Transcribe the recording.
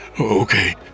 Okay